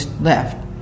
left